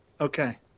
Okay